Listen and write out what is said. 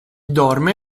dorme